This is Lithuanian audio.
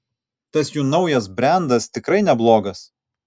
tas jų naujas brendas tikrai neblogas